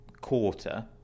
quarter